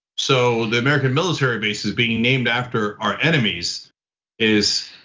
so the american military bases being named after our enemies is